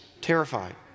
Terrified